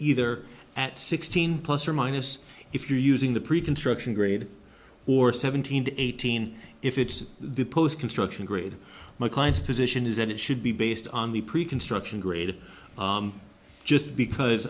either at sixteen plus or minus if you're using the pre construction grade or seven hundred eighteen if it's the post construction grade my client's position is that it should be based on the pre construction grade just because